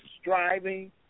striving